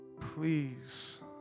please